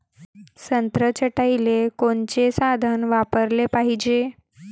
संत्रा छटाईले कोनचे साधन वापराले पाहिजे?